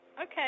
Okay